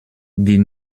die